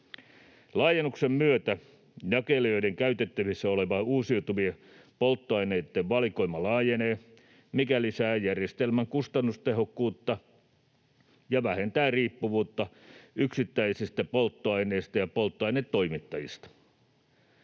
Laajennuksen myötä jakelijoiden käytettävissä oleva uusiutuvien polttoaineitten valikoima laajenee, mikä lisää järjestelmän kustannustehokkuutta ja vähentää riippuvuutta yksittäisistä polttoaineista ja polttoainetoimittajista.